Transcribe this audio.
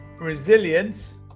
Resilience